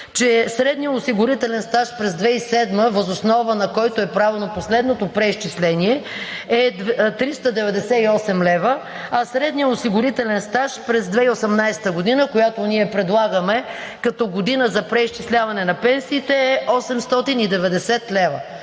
средният осигурителен стаж през 2007 г., въз основа на който е правено последното преизчисление, е 398 лв., а средният осигурителен стаж през 2018 г., която ние предлагаме като година за преизчисляване на пенсиите, е 890 лв.